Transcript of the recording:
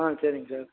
ஆ சரிங்க சார்